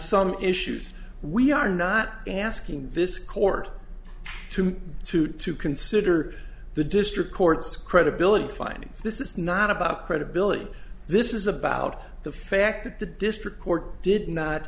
some issues we are not asking this court to to to consider the district court's credibility findings this is not about credibility this is about the fact that the district court did not